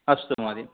अस्तु महोदय